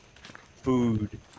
food